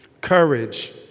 courage